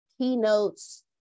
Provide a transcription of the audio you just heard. keynotes